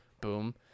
boom